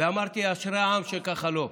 ואמרתי: אשרי העם שככה לו.